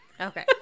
Okay